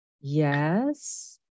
Yes